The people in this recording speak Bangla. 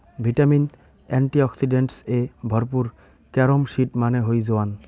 ভিটামিন, এন্টিঅক্সিডেন্টস এ ভরপুর ক্যারম সিড মানে হই জোয়ান